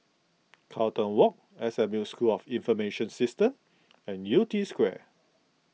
Carlton Walk S M U School of Information Systems and Yew Tee Square